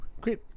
great